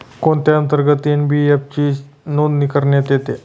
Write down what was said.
कोणत्या अंतर्गत एन.बी.एफ.सी ची नोंदणी करण्यात येते?